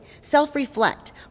self-reflect